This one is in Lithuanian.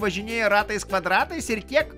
važinėja ratais kvadratais ir tiek